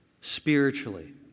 spiritually